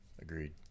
Agreed